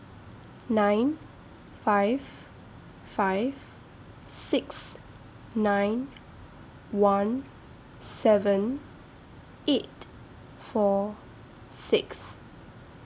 nine five five six nine one seven eight four six